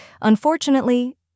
Unfortunately